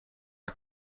our